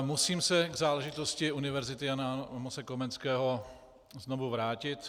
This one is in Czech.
Musím se k záležitosti Univerzity Jana Amose Komenského znovu vrátit.